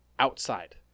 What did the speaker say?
Outside